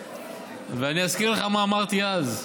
ואני אזכיר לך מה אמרתי אז.